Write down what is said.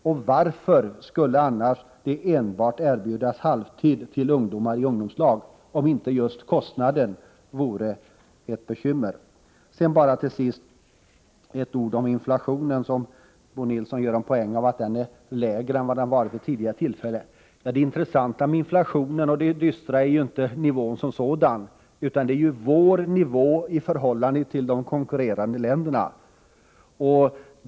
Och varför skulle man erbjuda endast halvtid till ungdomarna i ungdomslag, om inte kostnaden var ett bekymmer? Till sist ett ord om inflationen, som Bo Nilsson gör en poäng om att den är lägre än vad den varit vid tidigare tillfällen. Det intressanta och dystra med inflationen är inte nivån som sådan utan vår nivå i förhållande till konkurrentländernas.